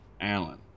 Alan